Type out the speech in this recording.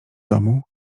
domu